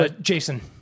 Jason